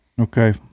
Okay